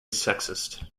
sexist